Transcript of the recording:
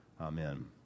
Amen